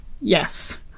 yes